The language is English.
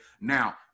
Now